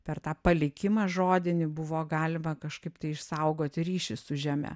per tą palikimą žodinį buvo galima kažkaip tai išsaugoti ryšį su žeme